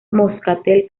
moscatel